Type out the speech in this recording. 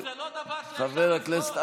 גזענות זה לא דבר שאפשר לסבול.